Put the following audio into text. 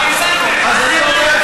אז אני אומר,